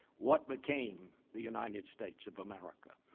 what became the united states of america.